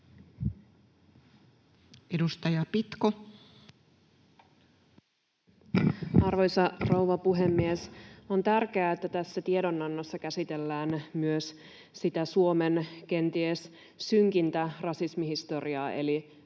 Content: Arvoisa rouva puhemies! On tärkeää, että tässä tiedonannossa käsitellään myös sitä Suomen kenties synkintä rasismihistoriaa eli kohtelua